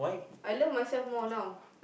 I love myself more now